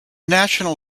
national